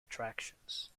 attractions